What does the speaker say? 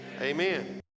amen